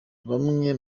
bamwe